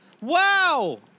Wow